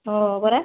ହଁ ପରା